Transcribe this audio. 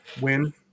win